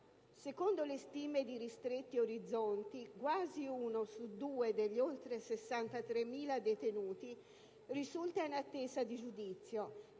Secondo le stime di «Ristretti Orizzonti» quasi uno su due degli oltre 63.000 detenuti risulta in attesa di giudizio